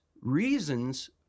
reasons